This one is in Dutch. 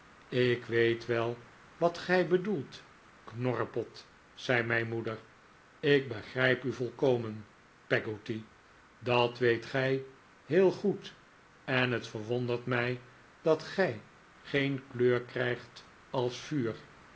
ik weet wel wat gij bedoelt knorrepot zei mijn moeder ik begrijp u volkomen peggotty dat weet gij heel goed en het verwondert mij dat gij geen kleur krijgt als vuur